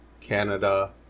Canada